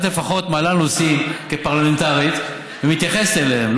את לפחות מעלה נושאים כפרלמנטרית ומתייחסת אליהם.